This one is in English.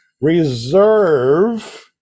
reserve